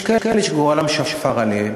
יש כאלה שגורלם שפר עליהם,